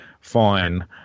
fine